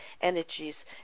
energies